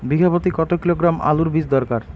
বিঘা প্রতি কত কিলোগ্রাম আলুর বীজ দরকার?